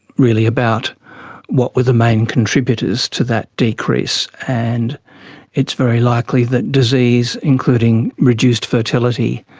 really about what were the main contributors to that decrease, and it's very likely that disease, including reduced fertility,